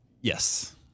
Yes